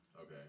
Okay